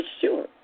sure